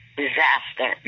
disaster